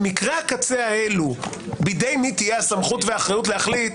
במקרי הקצה האלה בידי מי תהיה הסמכות והאחריות להחליט